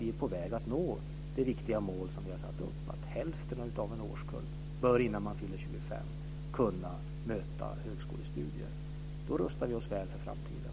Vi är på väg att nå det viktiga mål som vi har satt upp om att man i hälften av en årskull innan man fyller 25 bör kunna möta högskolestudier. Då rustar vi oss väl för framtiden.